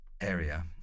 area